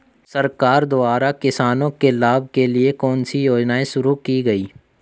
सरकार द्वारा किसानों के लाभ के लिए कौन सी योजनाएँ शुरू की गईं?